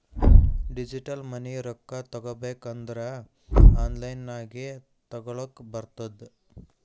digital money ರೊಕ್ಕಾ ತಗೋಬೇಕ್ ಅಂದುರ್ ಆನ್ಲೈನ್ ನಾಗೆ ತಗೋಲಕ್ ಬರ್ತುದ್